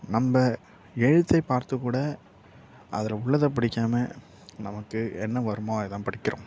நம்ம எழுத்தை பார்த்து கூட அதில் உள்ளதை படிக்காமல் நமக்கு என்ன வருமோ அது தான் படிக்கிறோம்